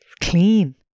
clean